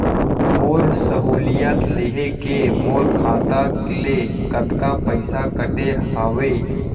मोर सहुलियत लेहे के मोर खाता ले कतका पइसा कटे हवये?